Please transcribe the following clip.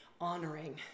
honoring